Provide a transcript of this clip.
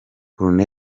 col